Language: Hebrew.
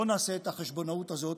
לא נעשה את החשבונאות הזאת.